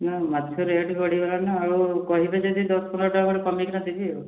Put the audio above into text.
ନା ମାଛ ରେଟ୍ ବଢ଼ିଗଲାଣି ନା ଆଉ କହିବେ ଯଦି ଦଶ ପନ୍ଦର ଟଙ୍କା କମାଇକିନା ଦେବି ଆଉ